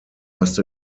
must